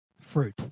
fruit